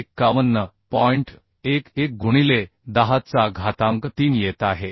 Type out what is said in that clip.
11 गुणिले 10 chaa घातांक 3 येत आहे